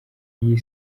iyi